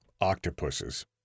octopuses